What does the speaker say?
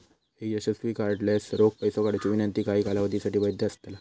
एक यशस्वी कार्डलेस रोख पैसो काढुची विनंती काही कालावधीसाठी वैध असतला